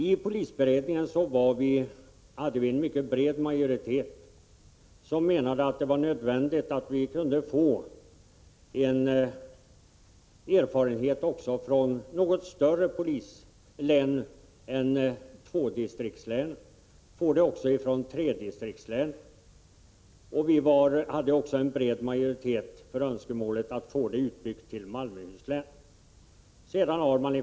I polisberedningen hade vi en mycket bred majoritet, som menade att det var nödvändigt att få erfarenhet också från ett något större polislän än tvådistriktslänen. Vi behövde erfarenhet också från tredistriktslän. Vi hade också en bred majoritet för att få det hela utbyggt också till Malmöhus län.